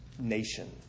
nation